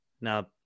now